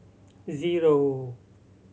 zero